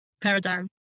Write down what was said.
paradigm